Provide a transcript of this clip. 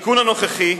התיקון הנוכחי,